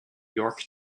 york